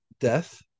death